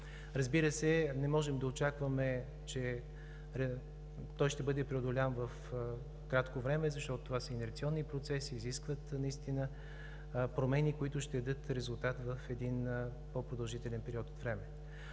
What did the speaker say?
Разбира се, не можем да очакваме, че той ще бъде преодолян в кратко време, защото това са инерционни процеси, изискват наистина промени, които ще дадат резултат в един по-продължителен период от време.